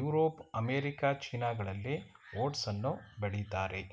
Europe America ಚೀನಾಗಳಲ್ಲಿ ಓಟ್ಸನ್ನು ಬೆಳಿತಾರೆ